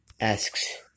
asks